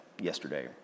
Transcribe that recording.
yesterday